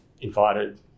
invited